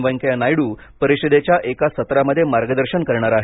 वेंकय्या नायडू परिषदेच्या एका सत्रामध्ये मार्गदर्शन करणार आहेत